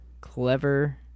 clever